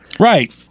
Right